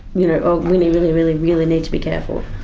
you know really, really, really really need to be careful.